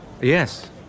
Yes